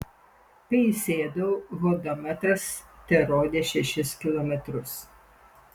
kai įsėdau hodometras terodė šešis kilometrus